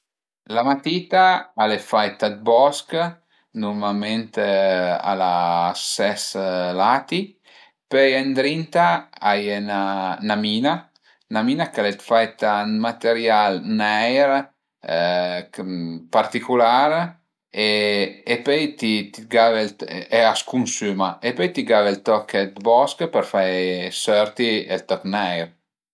La matita al e faita dë bosch, nurmalment al a ses lati, pöi ëndrinta a ie 'na mina, 'na mina ch'al e faita dë material neir particular e pöi ti ti gave e a s'cunsüma e pöi ti gave ël toch dë bosch për fe sörti ël toch neir